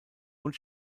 und